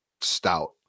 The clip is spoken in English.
stout